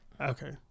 Okay